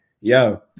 yo